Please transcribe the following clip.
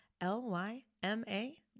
L-Y-M-A